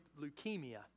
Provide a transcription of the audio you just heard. leukemia